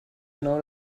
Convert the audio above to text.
genau